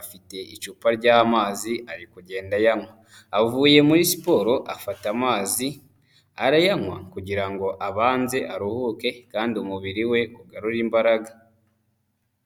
afite icupa ry'amazi ari kugenda ayanywa. Avuye muri siporo afata amazi arayanywa kugirango abanze aruhuke kandi umubiri we ugarura imbaraga.